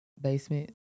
basement